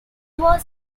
was